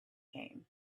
came